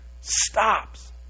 stops